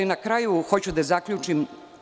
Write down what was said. Na kraju hoću da zaključim.